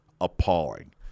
appalling